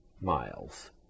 miles